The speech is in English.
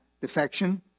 defection